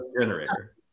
generator